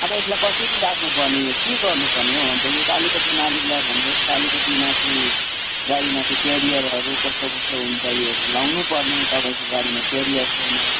अब यसलाई कसरी राख्नुपर्ने यो के गर्नुपर्ने हो अन्त यो अलिकति मालिकलाई भनेर यसलाई अलिकति माथि गाडी माथि केरियरहरू कसो कसो हुन्छ योहरू लगाउनुपर्ने तपाईँको गाडीमा केरियर छैन